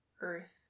earth